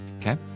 Okay